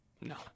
No